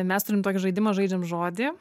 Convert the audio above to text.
mes turim tokį žaidimą žaidžiam žodį